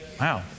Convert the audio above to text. Wow